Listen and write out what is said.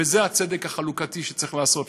וזה הצדק החלוקתי שצריך לעשות.